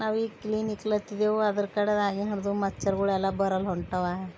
ನಾವೀಗ ಕ್ಲೀನಿಕ್ಲತ್ತಿದೇವು ಅದರ ಕಡೆದಾಗ ಹರ್ದು ಮಚ್ಚರ್ಗಳೆಲ್ಲ ಬರಲ್ಲ ಹೊಂಟಾವ